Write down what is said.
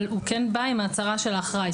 אבל הוא כן בא עם ההצהרה של האחראי.